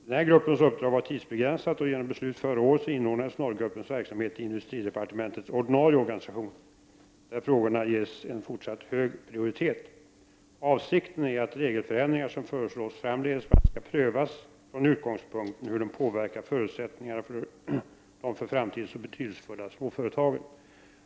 Denna grupps uppdrag var tidsbegränsat, och genom ett beslut förra året inordnades normgruppens verksamhet i industridepartementets ordinarie organisation, när frågorna ges en fortsatt hög prioritet. Avsikten är att regelförändringar som föreslås framdeles skall prövas från utgångspunkten hur de påverkar förutsättningarna för de för framtiden så betydelsefulla småföretagen.